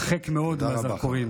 הרחק מאור מהזרקורים.